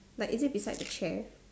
but is it beside the chair